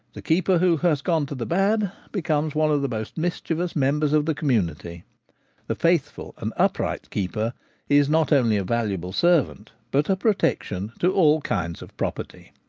the keeper who has gone to the bad becomes one of the most mischievous members of the community the faithful and upright keeper is not only a valuable servant, but a protection to all kinds of property.